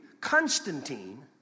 Constantine